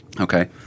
Okay